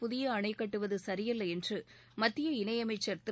புதிய அணை கட்டுவது சரியல்ல என்று மத்திய இணையமைச்சர் திரு